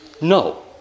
No